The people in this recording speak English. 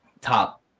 top